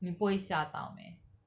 你不会吓到 meh